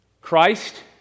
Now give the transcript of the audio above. Christ